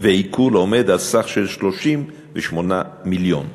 ועיקול הוא 38 מיליון ש"ח.